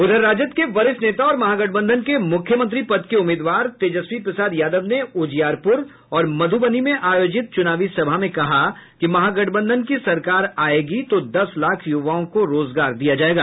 उधर राजद के वरिष्ठ नेता और महागठबंधन के मुख्यमंत्री पद के उम्मीदवार तेजस्वी प्रसाद यादव ने उजियारपुर और मधुबनी में आयोजित चुनावी सभा में कहा कि महागठबंधन की सरकार आयेगी तो दस लाख युवाओं को रोजगार दिया जायेगा